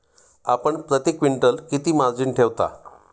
आपण प्रती क्विंटल किती मार्जिन ठेवता?